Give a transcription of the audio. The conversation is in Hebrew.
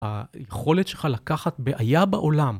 היכולת שלך לקחת בעיה בעולם.